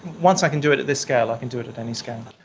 once i can do it at this scale, i can do it at any scale.